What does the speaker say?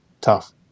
tough